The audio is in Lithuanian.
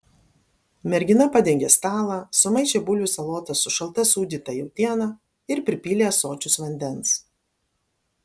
mergina padengė stalą sumaišė bulvių salotas su šalta sūdyta jautiena ir pripylė ąsočius vandens